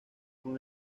con